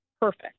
perfect